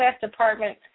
Department